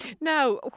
Now